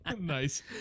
Nice